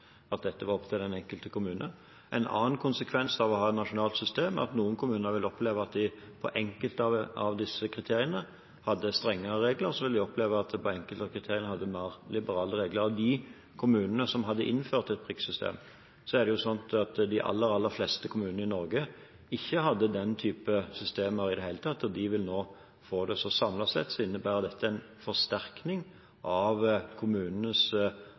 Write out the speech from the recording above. at dette var opp til den enkelte kommune. En annen konsekvens av å ha et nasjonalt system er at noen kommuner vil oppleve at de etter enkelte av disse kriteriene har strengere regler og etter andre kriterier har mer liberale regler. Noen kommuner har innført et prikksystem, men det er slik at de aller fleste kommuner i Norge ikke har den type systemer i det hele tatt. De vil nå få det. Så samlet sett innebærer dette en forsterkning av kommunenes